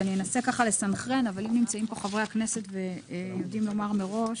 אני אנסה לסנכרן אבל אם נמצאים כאן חברי הכנסת ויודעים לומר מראש,